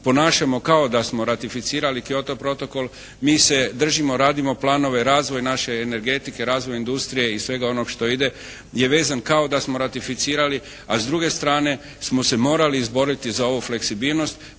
ponašamo kao da smo ratificirali Kyoto protokol, mi se držimo, radimo planove, razvoj naše energetike, razvoj industrije i svega onog što ide je vezan kao da smo ratificirali a s druge strane smo se morali izboriti za ovu fleksibilnost,